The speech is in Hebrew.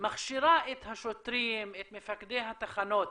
מכשירה את השוטרים, את מפקדי התחנות,